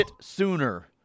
sooner